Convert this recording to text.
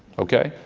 okay?